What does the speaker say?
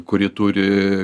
kuri turi